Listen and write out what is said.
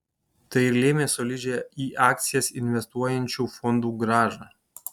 tai ir lėmė solidžią į akcijas investuojančių fondų grąžą